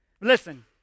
Listen